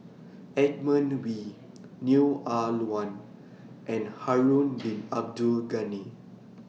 Edmund Wee Neo Ah Luan and Harun Bin Abdul Ghani